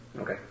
Okay